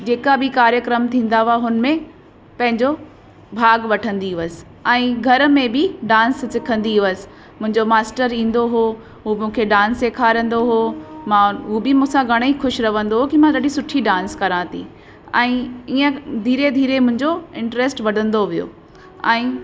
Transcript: जेका बि कार्यक्रम थींदा हुआ हुन में पंहिंजो भाॻु वठंदी हुअसि ऐं घर में बि डांस सिखंदी हुअसि मुंहिंजो मास्टर ईंदो हो हो मूंखे डांस सेखारींदो हो मां हू बि मूंसां घणेई ख़ुशि रहंदो हो की मां ॾाढी सुठी डांस करां थी ऐं ईअं धीरे धीरे मुंहिंजो इंट्रस्ट वधंदो वियो ऐं